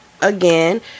Again